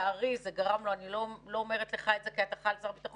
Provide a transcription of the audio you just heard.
לצערי אני לא אומרת לך את זה כאחראי על משרד הביטחון,